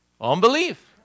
Unbelief